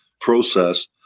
process